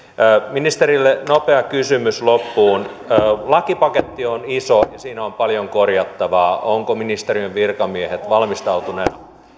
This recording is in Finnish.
ministerille nopea kysymys loppuun lakipaketti on iso ja siinä on paljon korjattavaa ovatko ministeriön virkamiehet valmistautuneet